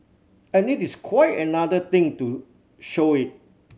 and it is quite another thing to show it